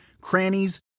crannies